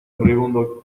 moribundo